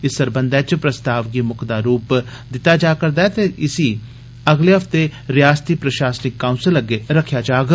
इस सरबंधै च प्रस्ताव गी मुक्कदा रूप दित्ता जा'रदा ऐ ते इसी अगले हफ्ते रिआसती प्रशासनिक काउंसल अग्गे रक्खेआ जाग